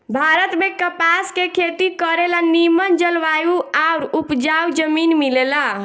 भारत में कपास के खेती करे ला निमन जलवायु आउर उपजाऊ जमीन मिलेला